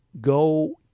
go